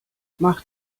macht